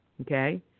okay